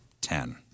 ten